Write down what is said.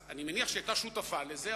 אז אני מניח שהיא היתה שותפה לזה,